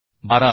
12 असेल